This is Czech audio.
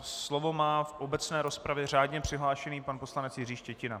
Slovo má v obecné rozpravě řádně přihlášený pan poslanec Jiří Štětina.